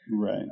Right